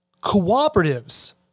cooperatives—